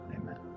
amen